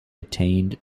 attained